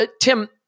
Tim